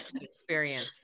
experience